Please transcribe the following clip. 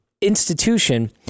institution